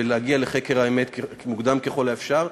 ולהגיע לחקר האמת מוקדם ככל האפשר,